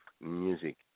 Music